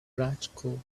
practical